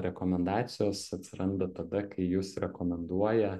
rekomendacijos atsiranda tada kai jus rekomenduoja